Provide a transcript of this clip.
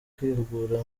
kwihugura